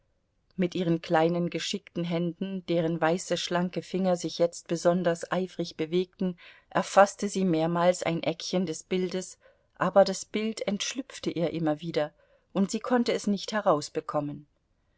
mit ihren kleinen geschickten händen deren weiße schlanke finger sich jetzt besonders eifrig bewegten erfaßte sie mehrmals ein eckchen des bildes aber das bild entschlüpfte ihr immer wieder und sie konnte es nicht herausbekommen